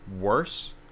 worse